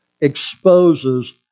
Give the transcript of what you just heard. exposes